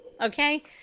Okay